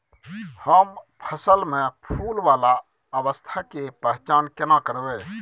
हम फसल में फुल वाला अवस्था के पहचान केना करबै?